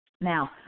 Now